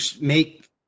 make